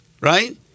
right